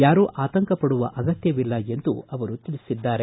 ಯಾರೂ ಆತಂಕಪಡುವ ಅಗತ್ಯವಿಲ್ಲ ಎಂದು ತಿಳಿಸಿದ್ದಾರೆ